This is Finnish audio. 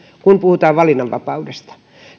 kun puhutaan valinnanvapaudesta